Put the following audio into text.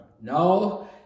No